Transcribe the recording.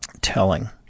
telling